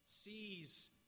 sees